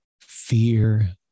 fear